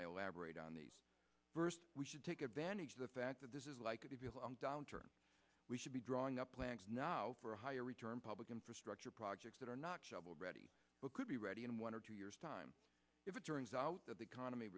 aberrate on the first we should take advantage of the fact that this is like a downturn we should be drawing up plans now for a higher return public infrastructure projects that are not shovel ready but could be ready in one or two years time if it turns out that the economy